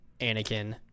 Anakin